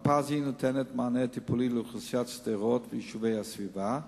מרפאה זו נותנת מענה טיפולי לאוכלוסיית שדרות וליישובי הסביבה.